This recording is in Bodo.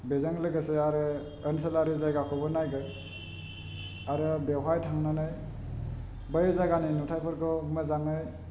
बेजों लोगोसे आरो ओनसोलारि जायगाखौबो नायगोन आरो बेवहाय थांनानै बै जायगानि नुथाइफोरखौ मोजाङै